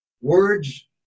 Words